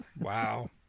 wow